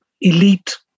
elite